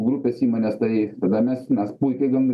grupės įmonės tai tada mes mes puikiai gan